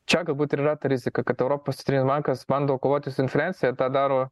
čia galbūt ir yra ta rizika kad europos centrinis bankas bando kovoti su infliacija tą daro